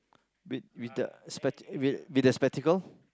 with with the eh with the spectacle